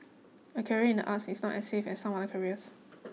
a career in the arts is not as safe as some other careers